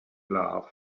love